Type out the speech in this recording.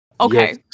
Okay